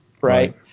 right